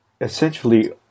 essentially